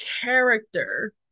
character